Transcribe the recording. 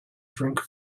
drink